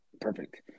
perfect